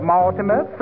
Mortimer